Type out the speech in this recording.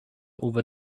over